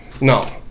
no